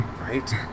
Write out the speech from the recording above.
right